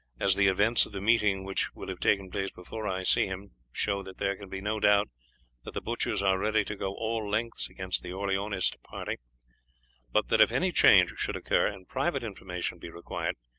as the events of the meeting which will have taken place before i see him show that there can be no doubt that the butchers are ready to go all lengths against the orleanist party but that if any change should occur, and private information be required,